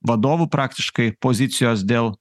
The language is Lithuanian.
vadovų praktiškai pozicijos dėl